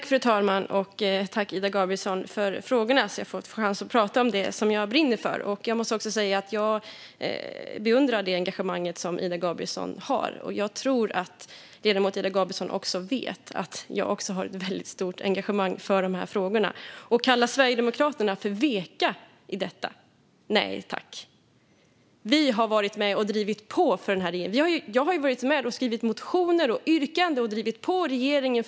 Fru talman! Jag tackar Ida Gabrielsson för frågorna och för att jag får chansen att prata om det som jag brinner för. Jag måste säga att jag beundrar det engagemang som Ida Gabrielsson har, och jag tror att ledamoten Ida Gabrielsson vet att även jag har ett väldigt stort engagemang för dessa frågor. Skulle vi i Sverigedemokraterna vara veka i detta? Nej tack! Vi har varit med och drivit på regeringen. Jag har varit med och skrivit motioner och yrkanden och drivit på regeringen.